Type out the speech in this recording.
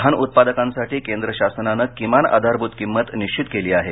धान उत्पादकांसाठी केंद्र शासनानं किमान आधारभूत किमत निश्चित केली आहे